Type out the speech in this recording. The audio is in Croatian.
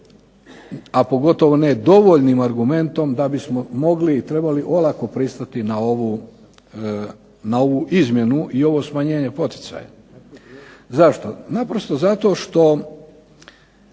a pogotovo ne dovoljnim argumentom da bismo mogli i trebali olako pristati na ovu izmjenu i ovo smanjenje poticaja. Zašto? Naprosto zato što